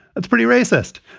that's pretty racist.